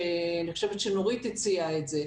שאני חושבת שנורית הציעה את זה.